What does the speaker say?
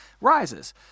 rises